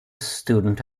student